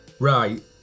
Right